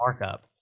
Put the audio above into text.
markup